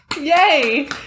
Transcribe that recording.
Yay